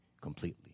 completely